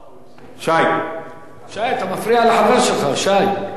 שי, שי, אתה מפריע לחבר שלך, שי.